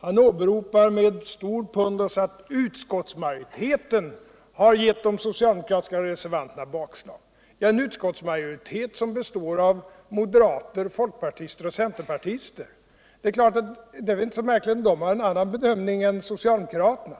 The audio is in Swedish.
Han åberopar med stor pondus att utskottsmajoriteten har geu de socialdemokratiska reservanterna bakslag. Ja, en utskottsmajoritet som består av moderater, folkpartister och centerpartister. Det är väl inte så märkligt att de har en annan bedömning än socialdemokraterna.